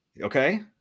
Okay